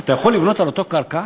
אתה יכול לבנות על אותה קרקע